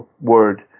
word